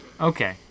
Okay